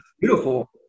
Beautiful